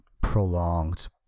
prolonged